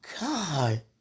God